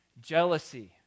jealousy